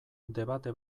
debate